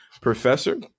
professor